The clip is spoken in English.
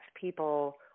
people